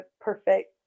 perfect